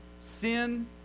sin